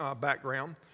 background